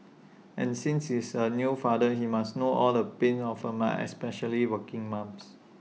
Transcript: and since he's A new father he must know all the pains of A mum especially working mums